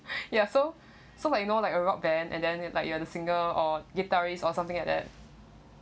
ya so so like you know like a rock band and then like you are the singer or guitarist or something like that